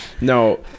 No